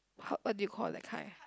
pub what do you call that kind